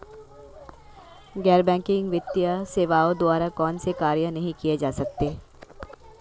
गैर बैंकिंग वित्तीय सेवाओं द्वारा कौनसे कार्य नहीं किए जा सकते हैं?